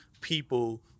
people